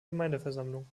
gemeindeversammlung